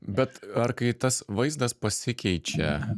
bet ar kai tas vaizdas pasikeičia